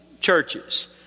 churches